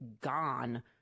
gone